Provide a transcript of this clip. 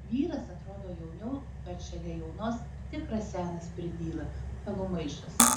vyras atrodo jauniau bet šalia jaunos tikras senas pirdyla pelų maišas